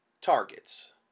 targets